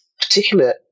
particular